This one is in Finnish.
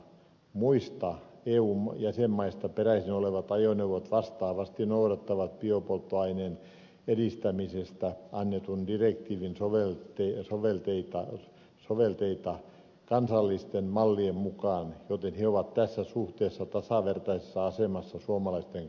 muista eun jäsenmaista peräisin olevat ajoneuvot vastaavasti noudattavat biopolttoaineen edistämisestä annetun direktiivin velvoitteita kansallisten mallien mukaan joten he ovat tässä suhteessa tasavertaisessa asemassa suomalaisten kanssa